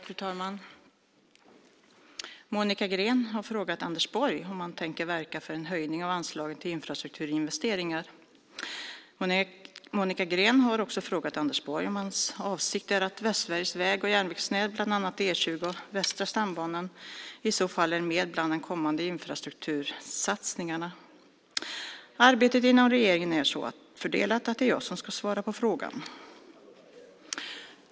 Fru talman! Monica Green har frågat Anders Borg om han tänker verka för en höjning av anslagen till infrastrukturinvesteringar. Monica Green har också frågat Anders Borg om hans avsikt är att Västsveriges väg och järnvägsnät, bland annat E 20 och Västra stambanan i så fall är med bland kommande infrastruktursatsningar. Arbetet inom regeringen är så fördelat att det är jag som ska svara på frågan.